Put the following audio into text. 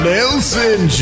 Nelson